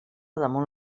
damunt